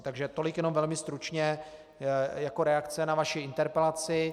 Takže tolik jenom velmi stručně jako reakce na vaši interpelaci.